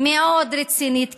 מאוד רצינית,